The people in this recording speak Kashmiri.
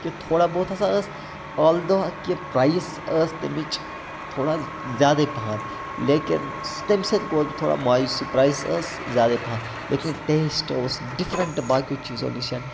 کہِ تھوڑا بہت ہَسا ٲس آلدھو کہِ پرٛایس ٲس تَمِچ تھوڑا زیادَے پَہَم لیکِن تیٚمہِ سۭتۍ گووُس بہٕ تھوڑا مایوٗس یہِ پرٛایس ٲس زیادَے پَہَم لیکِن ٹیسٹ اوس ڈِفرنٛٹ باقِیَو چیٖزو نِش